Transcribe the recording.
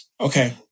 Okay